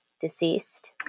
deceased